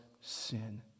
sin